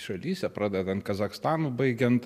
šalyse pradedant kazachstanu baigiant